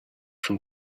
from